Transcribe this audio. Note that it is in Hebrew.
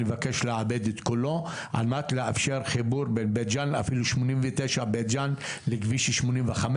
אני מבקש לעבד את כולו על מנת לאפשר חיבור בין בית ג'אן לכביש 85,